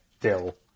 dill